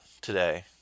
today